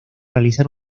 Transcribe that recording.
realizar